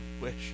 wish